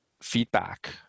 feedback